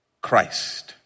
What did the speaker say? Christ